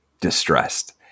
distressed